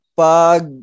pag